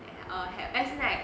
ya err had as in like